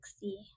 see